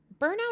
burnout